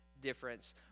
difference